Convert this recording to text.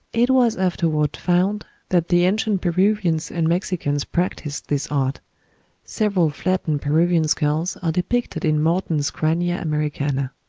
it was afterward found that the ancient peruvians and mexicans practised this art several flattened peruvian skulls are depicted in morton's crania americana.